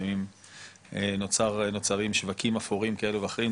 לפעמים נוצרים שווקים אפורים כאלו ואחרים,